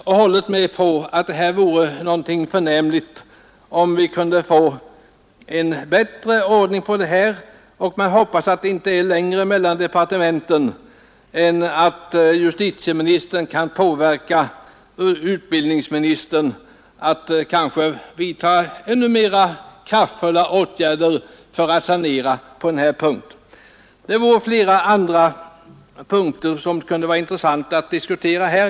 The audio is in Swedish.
Jag instämmer helt i att det vore förnämligt om vi kunde få en bättre ordning på detta område, och jag hoppas att det inte är längre mellan departementen än att justitieministern kan påverka utbildningsministern att vidta ännu kraftfullare åtgärder för att sanera på denna punkt. Flera andra synpunkter kunde vara intressanta att diskutera här.